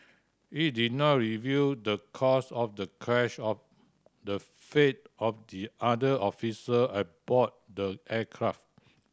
it did not reveal the cause of the crash or the fate of the other official aboard the aircraft